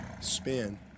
spin